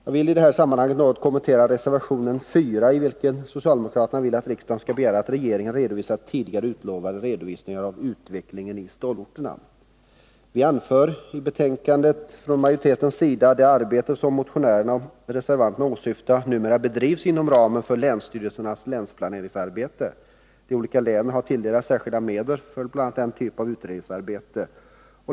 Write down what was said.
Jag vill i det här sammanhanget något kommentera reservationen 4, i vilken socialdemokraterna vill att riksdagen skall begära att regeringen lämnar tidigare utlovade redovisningar av utvecklingen i stålorterna. Vi anför från majoritetens sida i betänkandet att det arbete motionärerna och reservanterna åsyftar numera bedrivs inom ramen för länsstyrelsernas länsplaneringsarbete. De olika länen har tilldelats särskilda medel för bl.a. den typen av utredningsarbete.